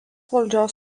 valdžios